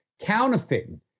counterfeiting